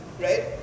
right